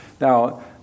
Now